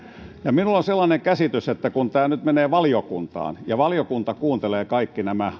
on sellainen käsitys ja arvelen että kun tämä nyt menee valiokuntaan ja valiokunta kuuntelee kaikki nämä